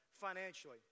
financially